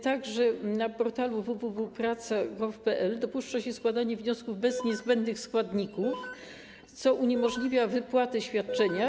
Także na portalu www.praca.gov.pl dopuszcza się składanie wniosków bez niezbędnych składników, co uniemożliwia wypłatę świadczenia.